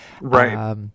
right